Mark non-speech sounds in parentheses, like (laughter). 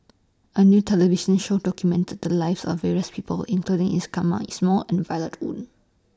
A New television Show documented The Lives of various People including (unintelligible) Ismail and Violet Oon